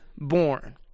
born